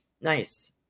Nice